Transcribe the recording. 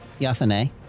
Yathane